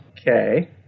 Okay